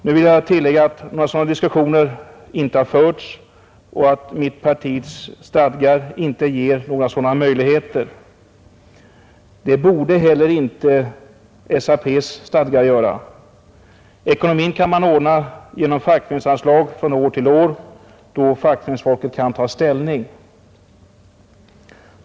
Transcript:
Jag vill emellertid tillägga att några sådana diskussioner inte har förts och att mitt partis stadgar inte ger sådana möjligheter. Det borde inte heller SAP:s stadgar göra. Ekonomin kan man ordna genom fackföreningsanslag från år till år, då fackföreningsfolket kan ta ställning till frågan.